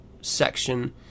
section